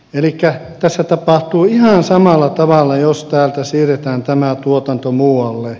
elikkä tässä tapahtuu ihan samalla tavalla jos täältä siirretään tämä tuotanto muualle